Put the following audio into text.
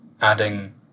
adding